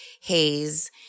Haze